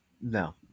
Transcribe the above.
No